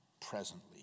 presently